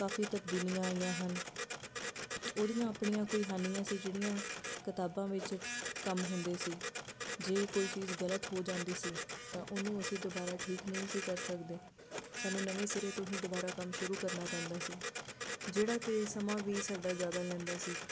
ਕਾਫੀ ਤਬਦੀਲੀਆਂ ਆਈਆਂ ਹਨ ਉਹਦੀਆਂ ਆਪਣੀਆਂ ਕੋਈ ਹਾਨੀਆਂ ਸੀ ਜਿਹੜੀਆਂ ਕਿਤਾਬਾਂ ਵਿੱਚ ਕੰਮ ਹੁੰਦੇ ਸੀ ਜੇ ਕੋਈ ਚੀਜ਼ ਗਲਤ ਹੋ ਜਾਂਦੀ ਸੀ ਤਾਂ ਉਹਨੂੰ ਅਸੀਂ ਦੁਬਾਰਾ ਠੀਕ ਨਹੀਂ ਸੀ ਕਰ ਸਕਦੇ ਸਾਨੂੰ ਨਵੇਂ ਸਿਰੇ ਤੋਂ ਹੀ ਦੁਬਾਰਾ ਕੰਮ ਸ਼ੁਰੂ ਕਰਨਾ ਪੈਂਦਾ ਸੀ ਜਿਹੜਾ ਕਿ ਸਮਾਂ ਵੀ ਸਾਡਾ ਜ਼ਿਆਦਾ ਲੈਂਦਾ ਸੀ